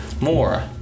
more